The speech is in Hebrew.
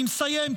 אני מסיים,